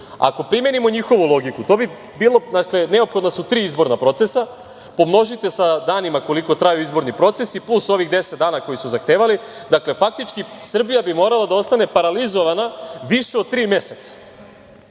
ako primenimo njihovu logiku, neophodna su tri izborna procesa, pomnožite sa danima koliko traju izborni procesi, plus ovih 10 dana koje su zahtevali, faktički bi Srbija morala da ostane paralizovana više od tri meseca.